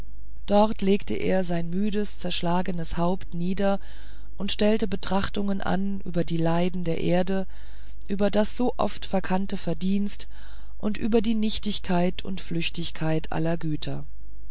dort legte er sein müdes zerschlagenes haupt nieder und stellte betrachtungen an über die leiden der erde über das so oft verkannte verdienst und über die nichtigkeit und flüchtigkeit aller güter